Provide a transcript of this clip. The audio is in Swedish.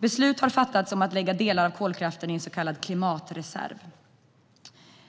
Beslut har fattats om att lägga delar av kolkraften i en så kallad klimatreserv.